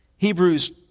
Hebrews